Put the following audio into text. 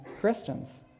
Christians